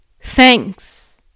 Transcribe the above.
thanks